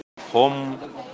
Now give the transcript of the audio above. home